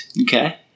Okay